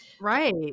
Right